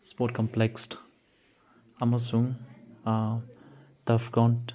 sport complex ꯑꯃꯁꯨꯡ turf ground